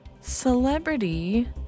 Celebrity